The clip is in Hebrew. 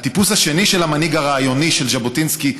הטיפוס השני של המנהיג הרעיוני של ז'בוטינסקי,